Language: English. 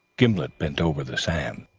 gimblet bent over the sand.